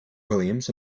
williams